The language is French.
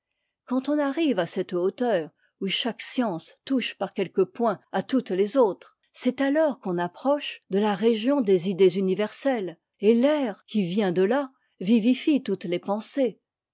quand on arrive à cette hauteur où chaque science touche par quelques points à toutes les autres c'est alors qu'on approche de la région des idées universelles et l'air qui vient de à vivifie toutes les pensées